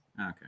Okay